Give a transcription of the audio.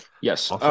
Yes